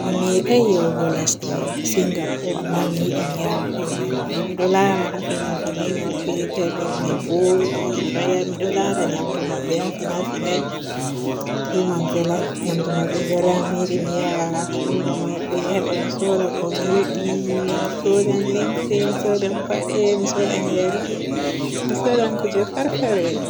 Mi me day yahugo lesdi Singapor amma mi yiɗi mi ya pellel may. Miɗo laara haa fina finay maɓɓepellel may voodi, mi ɗo ya-miɗo laara nyamdu maɓɓehaa fina finai taman velay, nyamdu maɓɓevelan. Mi yiɗi mi ya luumu maɓɓeheba mi sooda ko mi yiidi, soodan limse, mi soodan pade, mi soodan yeri, mi soodan kuje fer fere.